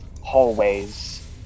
hallways